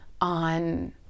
on